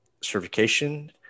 certification